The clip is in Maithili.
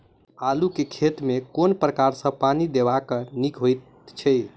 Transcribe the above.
आलु केँ खेत मे केँ प्रकार सँ पानि देबाक नीक होइ छै?